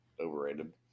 Overrated